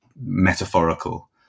metaphorical